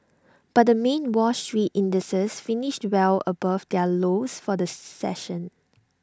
but the main wall street indices finished well above their lows for the session